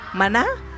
Mana